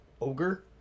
Ogre